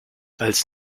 als